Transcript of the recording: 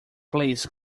please